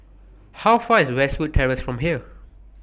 How Far away IS Westwood Terrace from here